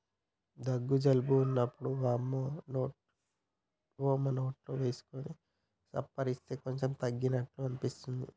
దగ్గు జలుబు వున్నప్పుడు వోమ నోట్లో వేసుకొని సప్పరిస్తే కొంచెం తగ్గినట్టు అనిపిస్తది